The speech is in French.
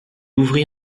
ouvrit